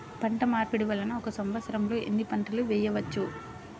పంటమార్పిడి వలన ఒక్క సంవత్సరంలో ఎన్ని పంటలు వేయవచ్చు?